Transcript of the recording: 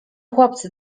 chłopcy